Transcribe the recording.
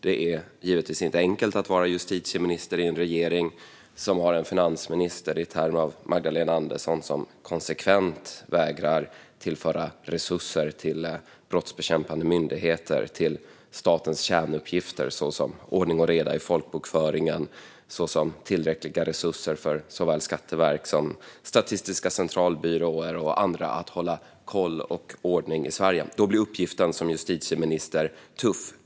Det är givetvis inte enkelt att vara justitieminister i en regering som har en finansminister i termer av Magdalena Andersson som konsekvent vägrar att tillföra resurser till brottsbekämpande myndigheter och statens kärnuppgifter, såsom ordning och reda i folkbokföringen, tillräckliga resurser för såväl Skatteverket som Statistiska centralbyrån och att hålla koll och ordning i Sverige. Då blir uppgiften som justitieminister tuff.